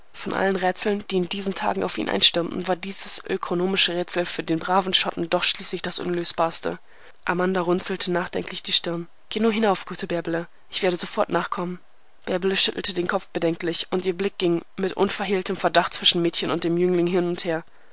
von allen rätseln die in diesen tagen auf ihn einstürmten war dies ökonomische rätsel für den braven schotten doch schließlich das unlösbarste amanda runzelte nachdenklich die stirn geh nur hinauf gute bärbele ich werde sofort nachkommen bärbele schüttelte den kopf bedenklich und ihr blick ging mit unverhehltem verdacht zwischen mädchen und jüngling hin und her